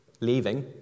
leaving